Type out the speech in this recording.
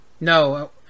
No